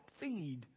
feed